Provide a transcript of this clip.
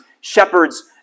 shepherds